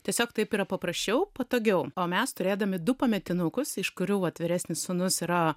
tiesiog taip yra paprasčiau patogiau o mes turėdami du pametinukus iš kurių vat vyresnis sūnus yra